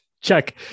Check